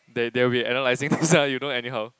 they they'll be analysing this ah you don't any how